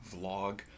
vlog